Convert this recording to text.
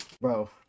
Bro